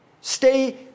Stay